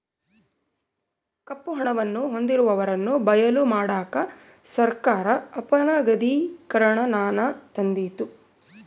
ಕಪ್ಪು ಹಣವನ್ನು ಹೊಂದಿರುವವರನ್ನು ಬಯಲು ಮಾಡಕ ಸರ್ಕಾರ ಅಪನಗದೀಕರಣನಾನ ತಂದಿತು